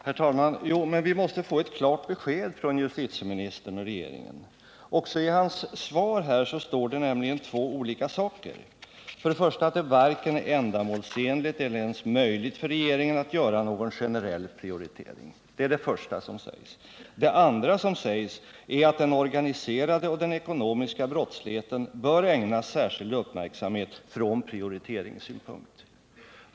Herr talman! Vi måste få ett klart besked från justitieministern och regeringen, eftersom det också i justitieministerns svar på min fråga ges två olika svar. För det första framhålls att det varken är ändamålsenligt eller ens möjligt för regeringen att göra någon generell prioritering. För det andra sägs att den organiserade och den ekonomiska brottsligheten bör ägnas särskild uppmärksamhet från prioriteringssynpunkt.